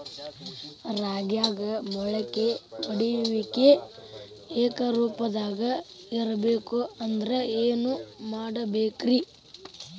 ರಾಗ್ಯಾಗ ಮೊಳಕೆ ಒಡೆಯುವಿಕೆ ಏಕರೂಪದಾಗ ಇರಬೇಕ ಅಂದ್ರ ಏನು ಮಾಡಬೇಕ್ರಿ?